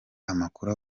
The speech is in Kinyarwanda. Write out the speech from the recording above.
amakuru